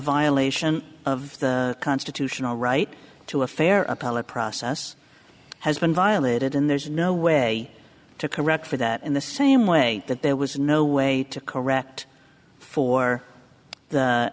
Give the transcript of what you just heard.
violation of the constitutional right to a fair appellate process has been violated and there's no way to correct for that in the same way that there was no way to correct for the